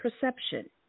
perception